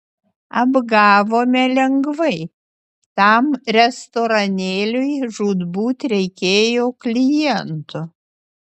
apgavome lengvai tam restoranėliui žūtbūt reikėjo klientų